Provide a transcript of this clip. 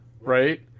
right